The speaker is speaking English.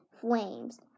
flames